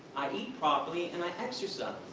i eat properly and i exercise.